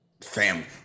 family